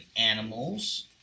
animals